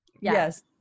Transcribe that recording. Yes